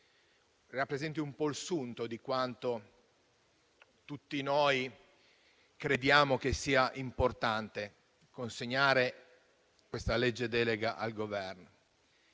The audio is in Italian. rappresenti un po' il sunto di quanto tutti noi crediamo che sia importante consegnare con questa legge delega al Governo.